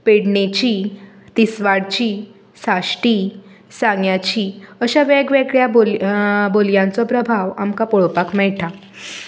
पेडणेची तिस्वाडची साश्टी सांग्याची अश्या वेगवेगळ्या बोलया बोलयांचो प्रभाव आमकां पळोवपाक मेळटा